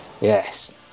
Yes